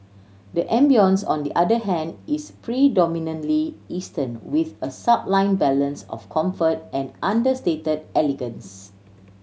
the ambience on the other hand is predominantly Eastern with a sublime balance of comfort and understated elegance